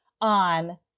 on